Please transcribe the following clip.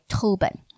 Tobin